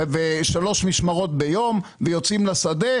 עובדים בשלוש משמרות ביום ויוצאים לשדה.